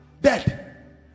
dead